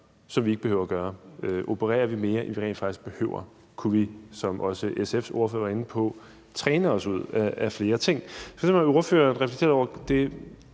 som vi ikke behøver at gøre, om vi opererer mere, end vi rent faktisk behøver, og om vi, som også SF's ordfører var inde på, kunne træne os ud af flere ting. Kan ordføreren reflektere over det